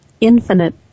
infinite